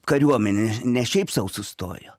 kariuomenė ne šiaip sau sustojo